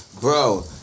bro